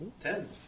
Ten